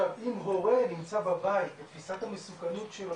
ואם הורה נמצא בבית ותפיסת המסוכנות שלו